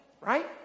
right